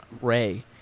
Ray